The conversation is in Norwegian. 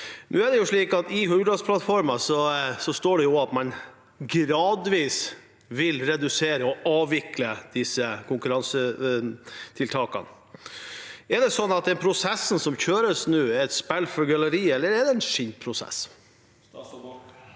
I Hurdalsplattformen står det at man gradvis vil redusere og avvikle disse konkurransetiltakene. Er det slik at den prosessen som kjøres nå, er et spill for galleriet, eller er det en skinnprosess?